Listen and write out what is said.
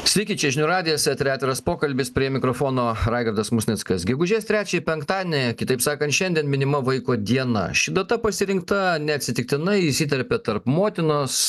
sveiki čia žinių radijas etery atviras pokalbis prie mikrofono raigardas musnickas gegužės trečiąją penktadienį kitaip sakan šiandien minima vaiko diena ši data pasirinkta neatsitiktinai įsiterpia tarp motinos